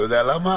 אתה יודע למה?